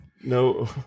No